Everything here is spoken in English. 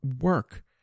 work